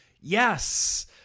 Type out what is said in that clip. Yes